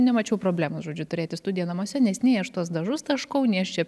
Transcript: nemačiau problemos žodžiu turėti studiją namuose nes nei aš tuos dažus taškau nei aš čia